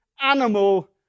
animal